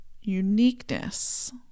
uniqueness